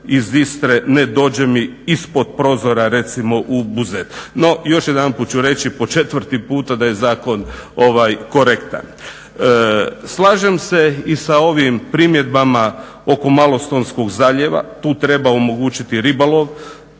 iz Istre ne dođe mi ispod prozora, recimo u Buzet. No, još jedanput ću reći, po četvrti puta da je zakon korektan. Slažem se i sa ovim primjedbama oko Malostonskog zaljeva, tu treba omogućiti ribolov,